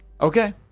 Okay